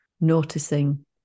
noticing